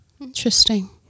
Interesting